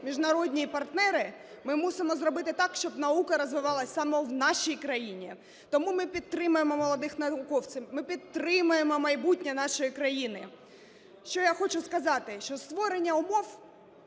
міжнародні партнери, ми мусимо зробити так, щоб наука розвивалась саме в нашій країні. Тому ми підтримуємо молодих науковців, ми підтримуємо майбутнє нашої країни. Що я хочу сказати. Що створення умов